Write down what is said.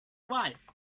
wife